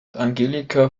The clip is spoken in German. angelika